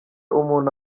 umuntu